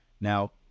Now